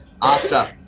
Awesome